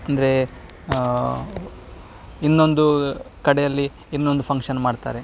ಅಂದರೆ ಇನ್ನೊಂದು ಕಡೆಯಲ್ಲಿ ಇನ್ನೊಂದು ಫಂಕ್ಷನ್ ಮಾಡ್ತಾರೆ